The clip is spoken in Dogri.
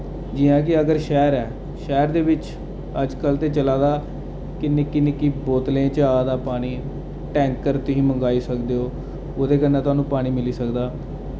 जि'यां की अगर शैह्र ऐ शैह्र दे विच अजकल ते चला दा कि निक्की निक्की बोतलें च आदा पानी टैंकर तुसी मंगाई सकदे ओ उदे कन्नै थुहानू पानी मिली सकदा